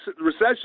recession